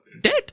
dead